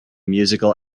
musical